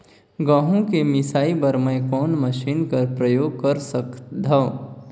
गहूं के मिसाई बर मै कोन मशीन कर प्रयोग कर सकधव?